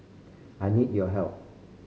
I need your help